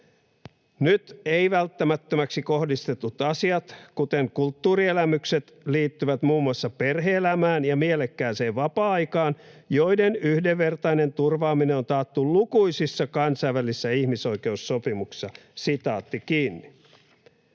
”Nyt ei-välttämättömiksi kohdistetut asiat, kuten kulttuurielämykset, liittyvät muun muassa perhe-elämään ja mielekkääseen vapaa aikaan, joiden yhdenvertainen turvaaminen on taattu lukuisissa kansainvälisissä ihmisoikeussopimuksissa.” Onneksi